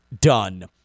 done